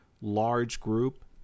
large-group